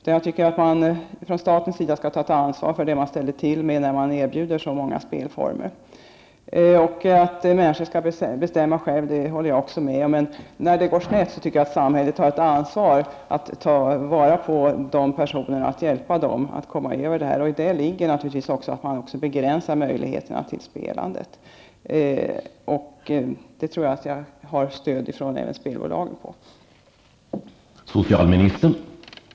Men jag efterlyser ett ansvar från statens sida för det man ställer till med i och med att väldigt många spelformer erbjuds. Att människor själva skall bestämma håller jag också med om. Men när det går snett tycker jag att samhället har ett ansvar för de personer som blir spelberoende får hjälp, så att de kan komma till rätta med sina problem. I det ligger naturligtvis också att möjligheterna till spelande begränsas. Jag tror att även spelbolagen stöder mig i det avseendet. Många klarar ett långvarigt spelande utan att få bekymmer. Men jag tycker att det från statens sida, med tanke på intäkterna från spelandet, också skulle tas ett ansvar i form av en varningsetikett i det här sammanhanget. Sten Andersson lyssnade inte på vad jag sade. Jag har aldrig sagt att jag vill förbjuda spel.